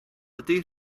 ydy